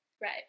Right